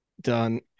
done